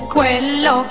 Quello